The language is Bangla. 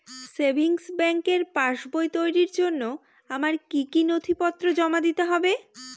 সেভিংস ব্যাংকের পাসবই তৈরির জন্য আমার কি কি নথিপত্র জমা দিতে হবে?